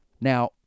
Now